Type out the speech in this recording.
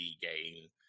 game